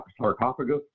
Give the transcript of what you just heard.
sarcophagus